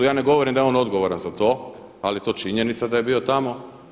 Ja ne govorim da je on odgovoran za to ali to je činjenica da je bio tamo.